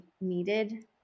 needed